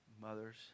mothers